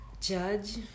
judge